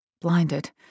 Blinded